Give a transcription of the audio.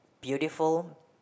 beautiful